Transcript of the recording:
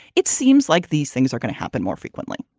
it seems like these things are going to happen more frequently.